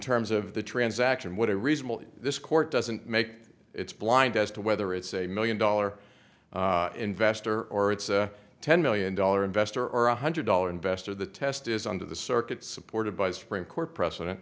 terms of the transaction whatever reasonable this court doesn't make it's blind as to whether it's a million dollar investor or it's a ten million dollar investor or a one hundred dollar investor the test is under the circuit supported by supreme court precedent